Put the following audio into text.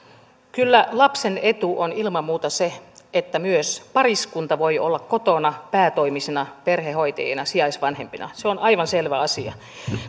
kyllä lapsen etu on ilman muuta se että myös pariskunta voi olla kotona päätoimisina perhehoitajina sijaisvanhempina se on aivan selvä asia